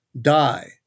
die